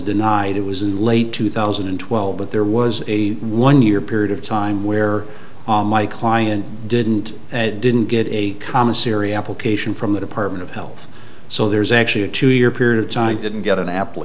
denied it was in late two thousand and twelve but there was a one year period of time where my client didn't didn't get a commissary application from the department of health so there's actually a two year period of time didn't get an apple